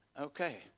Okay